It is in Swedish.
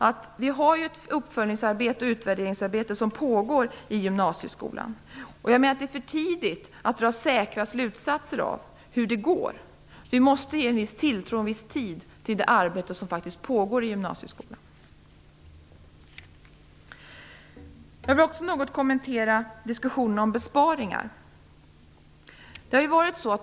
Ett uppföljnings och utvärderingsarbete pågår i gymnasieskolan. Det är nu för tidigt att dra säkra slutsatser av hur det går. Vi måste ge en viss tilltro och en viss tid för det arbete som faktiskt pågår i gymnasieskolan. Jag vill också något kommentera diskussionen om besparingar.